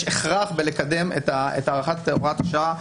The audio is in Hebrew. יש הכרח בקידום הארכת הוראת השעה,